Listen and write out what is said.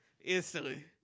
instantly